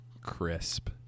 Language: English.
Crisp